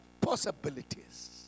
possibilities